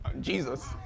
Jesus